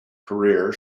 career